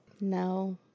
No